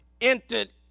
entered